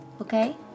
okay